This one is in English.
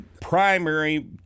primary